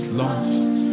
lost